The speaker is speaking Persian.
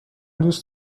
دوست